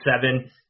seven